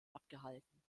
abgehalten